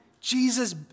Jesus